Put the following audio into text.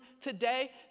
today